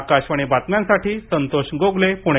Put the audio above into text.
आकाशवाणी बातम्यांसाठी संतोष गोगले प्णे